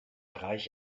reich